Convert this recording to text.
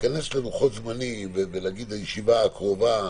להיכנס ללוחות זמנים ולהגיד הישיבה הקרובה